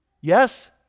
Yes